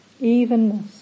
evenness